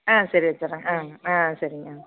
ஆ சரி வச்சிறேன் ஆ ஆ சரிங்க